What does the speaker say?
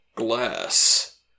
Glass